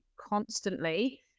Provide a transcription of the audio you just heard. constantly